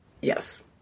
Yes